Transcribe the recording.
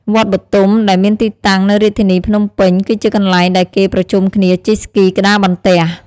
វត្តបទុមដែលមានទីតាំងនៅរាជធានីភ្នំពេញគឺជាកន្លែងដែលគេប្រជុំគ្នាជិះស្គីក្ដារបន្ទះ។